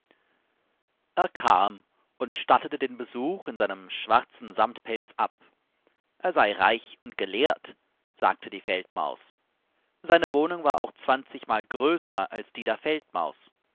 er kam und stattete den besuch in seinem schwarzen samtpelz ab er sei reich und gelehrt sagte die feldmaus seine wohnung war auch zwanzigmal größer als die der feldmaus